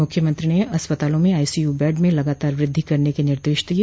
मुख्यमंत्री ने अस्पतालों में आईसीयू बेड में लगातार वृद्धि करने के निर्देश दिये